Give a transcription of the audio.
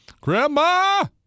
grandma